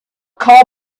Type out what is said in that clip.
call